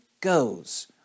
goes